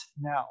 now